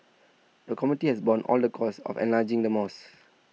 the comity has borne all the costs of enlarging the moss